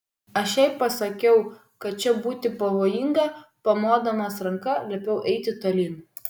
aš jai pasakiau kad čia būti pavojinga pamodamas ranka liepiau eiti tolyn